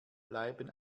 bleiben